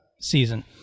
season